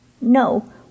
No